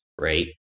right